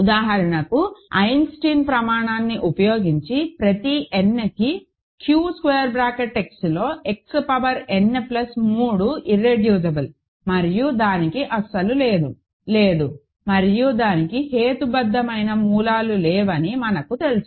ఉదాహరణకు ఐసెన్స్టీన్ ప్రమాణాన్ని ఉపయోగించి ప్రతి nకి Q Xలో X power n plus 3 irreducible మరియు దానికి అసలు లేదు లేదు మరియు దానికి హేతుబద్ధమైన మూలాలు లేవని మనకు తెలుసు